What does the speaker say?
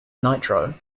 nitro